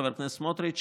חבר הכנסת סמוטריץ',